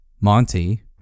Monty